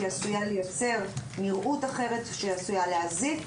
היא עשויה לייצר נראות אחרת, שעשויה להזיק.